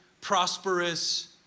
prosperous